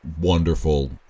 wonderful